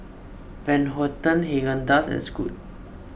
Van Houten Haagen Dazs and Scoot